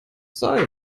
sein